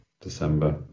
December